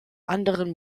anderen